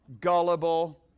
Gullible